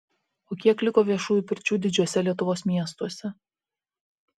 o kiek liko viešųjų pirčių didžiuose lietuvos miestuose